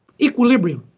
equilibrium.